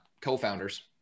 co-founders